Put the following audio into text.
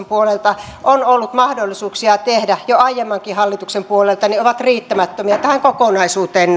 puolelta on ollut mahdollisuus tehdä jo aiemmankin hallituksen puolelta ovat riittämättömiä tähän kokonaisuuteen